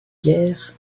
guerre